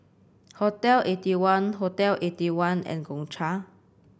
Hotel Eighty One Hotel Eighty one and Gongcha